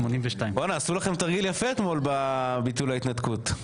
82. עשו לכם תרגיל יפה אתמול בביטול ההתנתקות.